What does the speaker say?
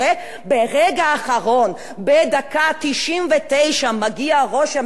בדקה ה-99 ראש הממשלה מגיע לעשות רושם שהוא